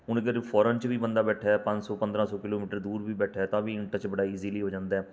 ਹੁਣ ਅਗਰ ਫੋਰਨ 'ਚ ਵੀ ਬੰਦਾ ਬੈਠਾ ਪੰਜ ਸੌ ਪੰਦਰਾਂ ਸੌ ਕਿਲੋਮੀਟਰ ਦੂਰ ਵੀ ਬੈਠਾ ਤਾਂ ਵੀ ਇਨ ਟੱਚ ਬੜਾ ਈਜ਼ੀਲੀ ਹੋ ਜਾਂਦਾ